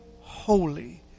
holy